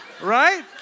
right